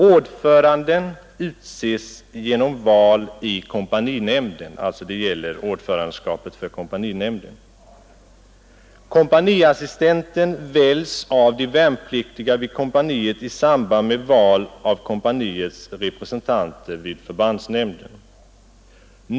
Ordföranden” — alltså ordföranden i kompaninämnden — ”utses genom val i kompaninämnden. Kompaniassistenten väljs av de värnpliktiga vid kompaniet i samband med val av kompaniets representanter vid förbandsnämnden.